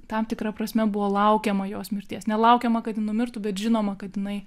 tam tikra prasme buvo laukiama jos mirties nelaukiama kad ji numirtų bet žinoma kad jinai